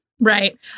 Right